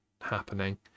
happening